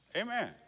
Amen